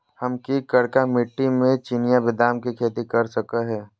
हम की करका मिट्टी में चिनिया बेदाम के खेती कर सको है?